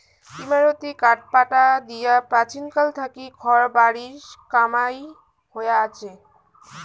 ইমারতী কাঠপাটা দিয়া প্রাচীনকাল থাকি ঘর বাড়ির কামাই হয়া আচে